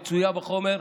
היא מצויה בחומר,